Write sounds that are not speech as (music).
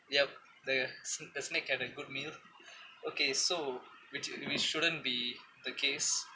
yup the (breath) s~ the snake had a good meal okay so which shouldn't be the case